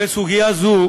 הרי סוגיה זו